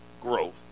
growth